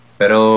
pero